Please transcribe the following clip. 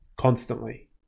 constantly